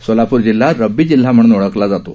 सोलापूर जिल्हा रब्बी जिल्हा म्हणून ओळखला जातो